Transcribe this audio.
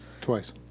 Twice